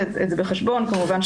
כלומר,